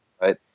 right